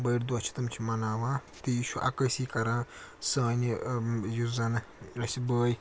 بٔڑۍ دۄہ چھِ تِم چھِ مَناوان تہٕ یہِ چھُ عکٲسی کَران سانہِ یُس زَن اَسہِ بٲے